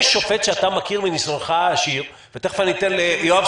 יש שופט שאתה מכיר מניסיונך העשיר תכף ידבר יואב